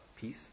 Peace